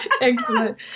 Excellent